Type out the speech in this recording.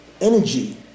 Energy